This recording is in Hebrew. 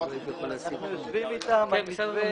אנחנו יושבים אתם על מתווה.